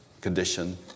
condition